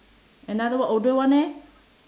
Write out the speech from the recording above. another one older one eh